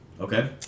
Okay